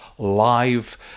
live